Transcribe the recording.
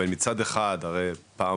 מצד אחד מדאיג,